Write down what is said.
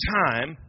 time